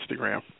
Instagram